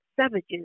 savages